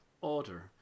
order